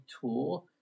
tool